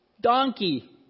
donkey